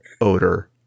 Odor